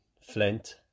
Flint